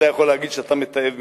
אתה יכול להגיד שאתה מתעב מתנחלים,